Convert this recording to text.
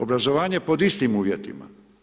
Obrazovanje pod istim uvjetima.